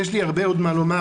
יש לי עוד הרבה מה לומר,